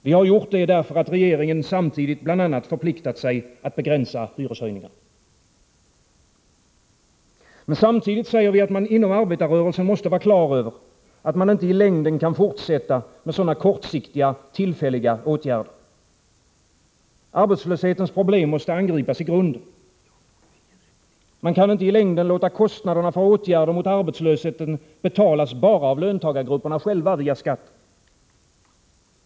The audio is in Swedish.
Vi har gjort det därför att regeringen samtidigt bl.a. förpliktat sig att begränsa hyreshöjningarna. Men samtidigt säger vi att man inom arbetarrörelsen måste vara på det klara med att man inte i längden kan fortsätta med sådana kortsiktiga och tillfälliga åtgärder. Arbetslöshetens problem måste angripas i grunden. Man kan inte i längden låta kostnaderna för åtgärder mot arbetslösheten betalas bara av löntagargrupperna själva via skatten.